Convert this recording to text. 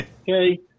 Okay